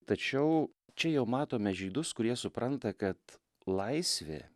tačiau čia jau matome žydus kurie supranta kad laisvė